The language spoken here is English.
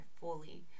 fully